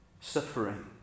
suffering